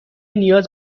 نیاز